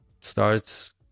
starts